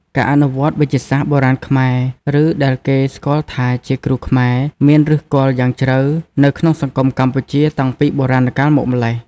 ការអនុវត្តវេជ្ជសាស្ត្របុរាណខ្មែរ ឬ ដែលគេស្គាល់ថាជា គ្រូខ្មែរ មានឫសគល់យ៉ាងជ្រៅនៅក្នុងសង្គមកម្ពុជា តាំងពីបុរាណកាលមកម្ល៉េះ។